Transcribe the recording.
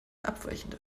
abweichende